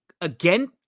again